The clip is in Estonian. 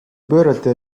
pöörata